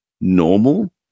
normal